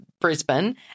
Brisbane